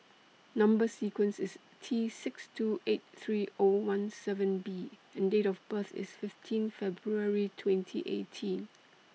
Number sequence IS T six two eight three O one seven B and Date of birth IS fifteen February twenty eighteen